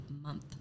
month